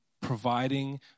providing